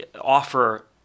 offer